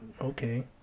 okay